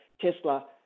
Tesla